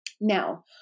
Now